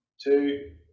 two